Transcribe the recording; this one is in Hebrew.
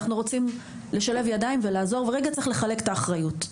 אנחנו רוצים לשלב ידיים ולעזור אבל צריך רגע לחלק את האחריות.